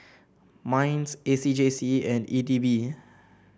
Minds A C J C and E D B